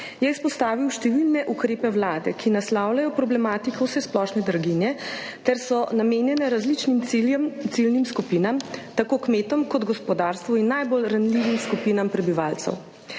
je izpostavil številne ukrepe Vlade, ki naslavljajo problematiko vsesplošne draginje ter so namenjene različnim ciljnim skupinam, tako kmetom kot gospodarstvu in najbolj ranljivim skupinam prebivalcev.